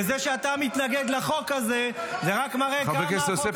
וזה שאתה מתנגד לחוק הזה -- זה לא נכון.